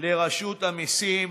לרשות המיסים.